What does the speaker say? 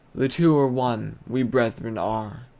the two are one we brethren are,